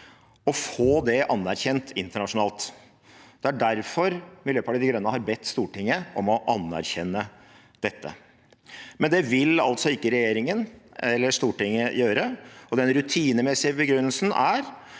å få det anerkjent internasjonalt. Det er derfor Miljøpartiet De Grønne har bedt Stortinget om å anerkjenne dette, men det vil altså ikke regjeringen eller Stortinget gjøre. Den rutinemessige begrunnelsen er